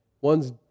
one's